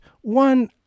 One